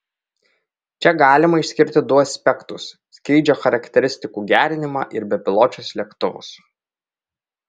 čia galima išskirti du aspektus skrydžio charakteristikų gerinimą ir bepiločius lėktuvus